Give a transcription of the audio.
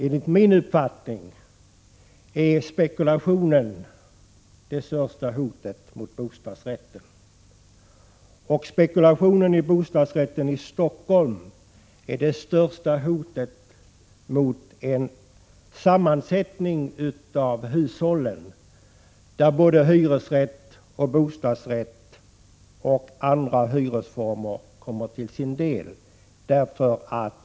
Enligt min uppfattning är spekulationen det största hotet mot bostadsrätten. Spekulationen i bostadsrätter i Stockholm är det största hotet mot en fördelning bland hushållen där både hyresrätt, bostadsrätt och andra boendeformer kommer till sin rätt.